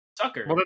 Sucker